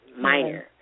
minor